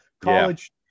college